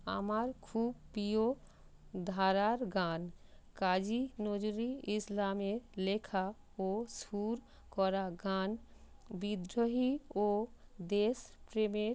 আমার খুব প্রিয় ধারার গান কাজী নজরুল ইসলামের লেখা ও সুর করা গান বিদ্রোহী ও দেশপ্রেমের